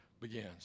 begins